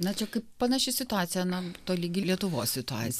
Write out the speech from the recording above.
na čia kaip panaši situacija na tolygi lietuvos situaci